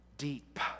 deep